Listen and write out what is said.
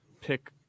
pick